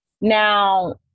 now